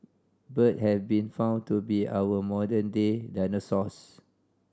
bird have been found to be our modern day dinosaurs